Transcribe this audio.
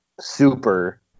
super